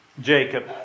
Jacob